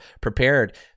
prepared